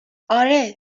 آره